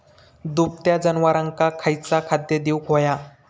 दुभत्या जनावरांका खयचा खाद्य देऊक व्हया?